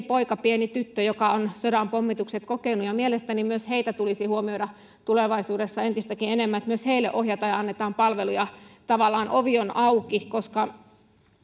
poika pieni tyttö joka on sodan pommitukset kokenut mielestäni myös heitä tulisi huomioida tulevaisuudessa entistäkin enemmän niin että myös heille ohjataan ja annetaan palveluja tavallaan ovi on auki koska